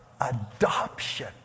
adoption